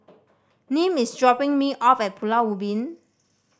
Nim is dropping me off at Pulau Ubin